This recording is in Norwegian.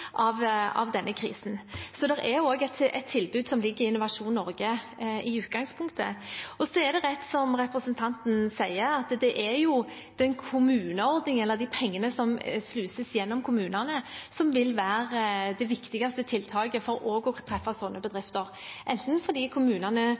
av denne krisen. Så det er også i utgangspunktet et tilbud som ligger i Innovasjon Norge. Så er det rett, som representanten sier, at det er kommuneordningen, de pengene som sluses gjennom kommunene, som vil være det viktigste tiltaket for å treffe sånne